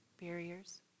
barriers